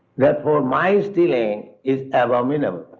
therefore my stealing is abominable.